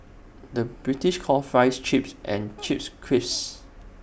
the British calls Fries Chips and Chips Crisps